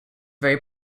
very